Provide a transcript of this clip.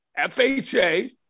FHA